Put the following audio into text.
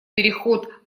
переход